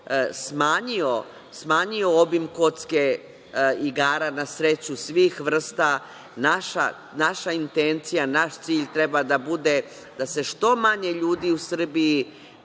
smanjio obim kocke igara na sreću svih vrsta. Naša intencija, naš cilj treba da bude da se što manje ljudi u Srbiji